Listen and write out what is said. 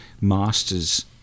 masters